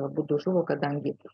abudu žuvo kadangi